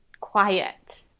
quiet